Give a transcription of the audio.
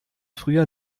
früher